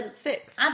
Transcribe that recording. six